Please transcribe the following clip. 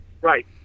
right